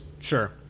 Sure